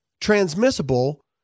transmissible